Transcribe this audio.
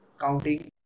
counting